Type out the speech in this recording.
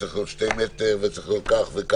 צריך להיות במרחק שני מטר וכך וכך,